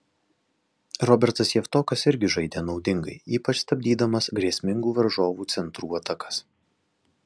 robertas javtokas irgi žaidė naudingai ypač stabdydamas grėsmingų varžovų centrų atakas